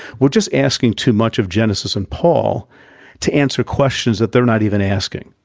we're just asking too much of genesis and paul to answer questions that they're not even asking.